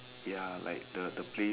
ya like the the play